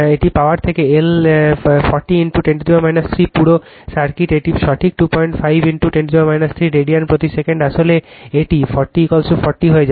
এটি পাওয়ার থেকে L 40 10 3 পুরো সার্কিট এটি সঠিক 25 10 3 রেডিয়ান প্রতি সেকেন্ডআসলে এটি 4040 হয়ে যাবে